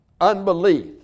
Unbelief